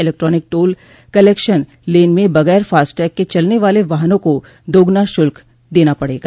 electronic toll collection lane में बगैर FASTag के चलने वाले वाहनों को दोग्ना शुल्क देना पड़ेगा